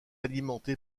alimenté